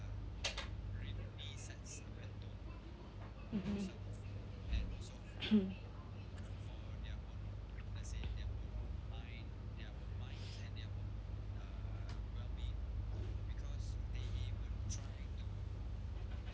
mmhmm